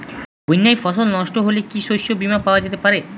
বন্যায় ফসল নস্ট হলে কি শস্য বীমা পাওয়া যেতে পারে?